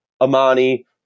Amani